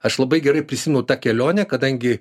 aš labai gerai prisimenu tą kelionę kadangi